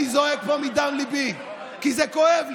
אני זועק פה מדם ליבי, כי זה כואב לי.